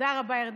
תודה רבה, ירדנה,